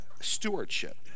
stewardship